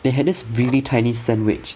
they had this really tiny sandwich